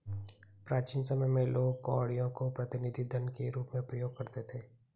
प्राचीन समय में लोग कौड़ियों को प्रतिनिधि धन के रूप में प्रयोग करते थे